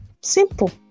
Simple